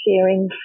sharing